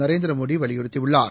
நரேந்திர மோடி வலியுறுத்தியுள்ளார்